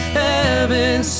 heaven